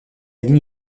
ligne